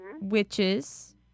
witches